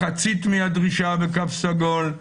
מחצית מהדרישה בתו סגול?